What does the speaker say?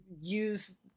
use